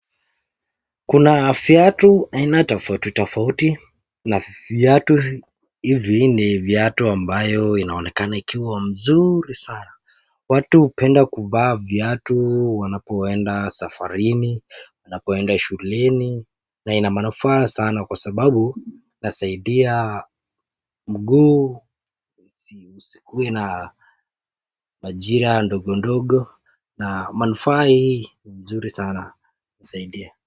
Kuna viatu aina tofauti tofauti , na viatu hivi ni viatu ambayo inaonekana ikiwa mzuri sana. Watu hupenda kuvaa viatu wanapoenda safarini, wanapoenda shuleni, na ina manufaa sana kwasababu inasaidia mguu usikuwe na majira ndogo ndogo na manufaa hii ni mzuri sana inasaidia.